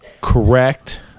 correct